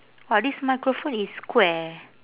!wah! this microphone is square